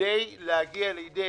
כדי להגיע לסיכום.